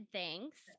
thanks